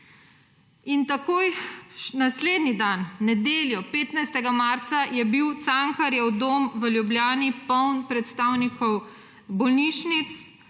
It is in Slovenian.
Takoj naslednji dan, v nedeljo, 15. marca, je bil Cankarjev dom v Ljubljani poln predstavnikov bolnišnic,